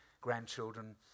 grandchildren